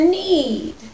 need